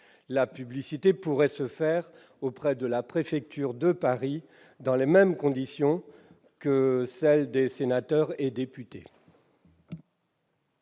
La publicité se ferait auprès de la préfecture de Paris, dans les mêmes conditions que pour les sénateurs et députés.